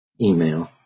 email